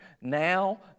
Now